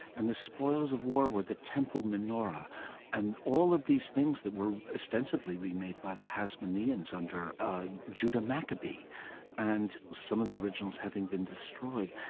and the spoils of war were the temple menorah and all of these things that were ostensibly remade by the hasmoneans under judah maccabee and some of the originals having been destroyed.